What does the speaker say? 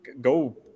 go